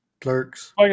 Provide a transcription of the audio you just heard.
Clerks